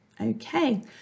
Okay